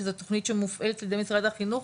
זאת תוכנית שמופעלת על ידי משרד החינוך,